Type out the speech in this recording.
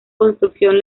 construcción